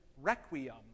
requiem